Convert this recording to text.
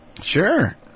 Sure